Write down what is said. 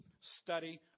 study